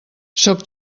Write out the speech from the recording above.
sóc